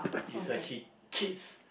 is a hit kits